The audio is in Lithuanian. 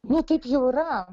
nu taip jau yra